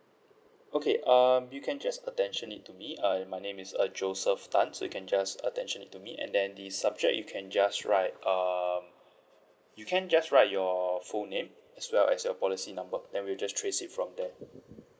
okay um you can just attention it to me uh my name is uh joseph tan so you can just attention it to me and then the subject you can just write um you can just write your full name as well as your policy number then we'll just trace it from there